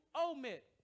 omit